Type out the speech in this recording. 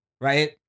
right